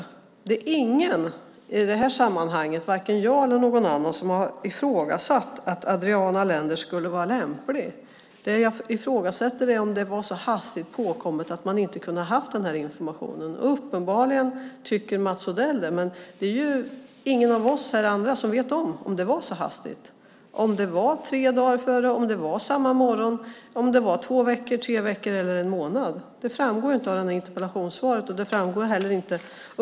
Det är ingen i det här sammanhanget, varken jag eller någon annan, som har ifrågasatt att Adriana Lender skulle vara lämplig. Det jag ifrågasätter är om det var så hastigt påkommet att man inte kunde ha haft den här informationen. Uppenbarligen tycker Mats Odell det. Men ingen av oss andra här vet om det var så hastigt, om det var tre dagar före, om det var samma morgon, om det var två veckor, tre veckor eller en månad. Det framgår inte av interpellationssvaret.